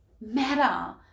matter